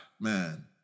Man